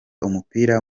umupira